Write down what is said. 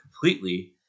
completely